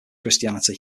christianity